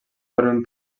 formen